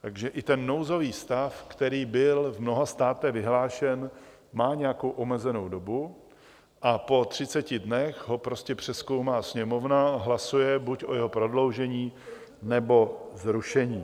Takže i ten nouzový stav, který byl v mnoha státech vyhlášen, má nějakou omezenou dobu a po třiceti dnech ho prostě přezkoumá Sněmovna, hlasuje buď o jeho prodloužení, nebo o zrušení.